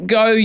go